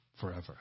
forever